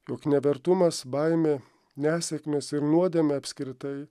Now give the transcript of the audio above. jog nevertumas baimė nesėkmės ir nuodėmė apskritai